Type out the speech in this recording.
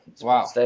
Wow